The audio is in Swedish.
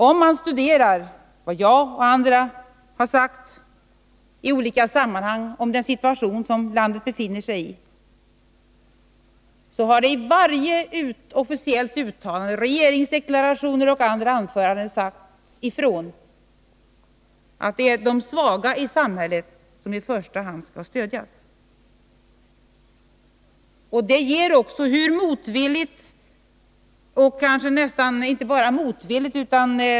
Om man studerar vad jag och andra har sagt i olika sammanhang om den situation landet befinner sig i skall man finna att det i varje officiellt uttalande, regeringsdeklarationer och andra anföranden, har sagts ifrån att det är de svaga i samhället som i första hand skall stödjas. Det sker också.